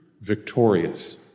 victorious